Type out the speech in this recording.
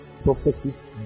Prophecies